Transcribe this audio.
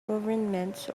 governments